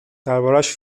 دربارهاش